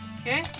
Okay